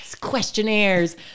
questionnaires